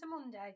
Monday